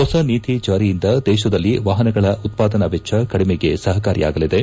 ಹೊಸ ನೀತಿ ಜಾರಿಯಿಂದ ದೇಶದಲ್ಲಿ ವಾಹನಗಳ ಉತ್ಪಾದನಾ ವೆಚ್ಚ ಕಡಿಮೆಗೆ ಸಹಕಾರಿಯಾಗಲಿದೆ